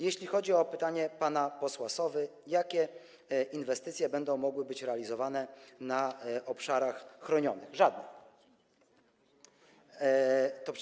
Jeśli chodzi o pytanie pana posła Sowy, jakie inwestycje będą mogły być realizowane na obszarach chronionych, to odpowiem: żadne.